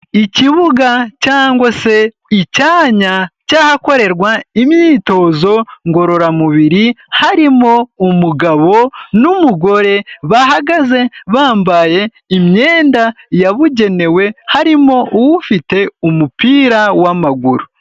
Ikibuga cyangwa se icyanya cy'ahakorerwa imyitozo ngororamubiri, harimo umugabo n'umugore bahagaze bambaye imyenda yabugenewe, harimo ufite umupira w'amaguru.